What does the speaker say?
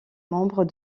membre